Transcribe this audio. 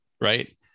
right